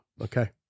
okay